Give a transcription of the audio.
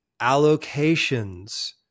allocations